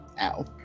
Ow